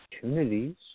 opportunities